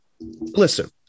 listen